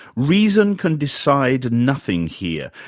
reason can decide nothing here.